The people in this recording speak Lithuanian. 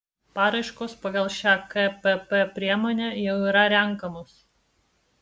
paraiškos pagal šią kpp priemonę jau yra renkamos